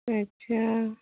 अच्छा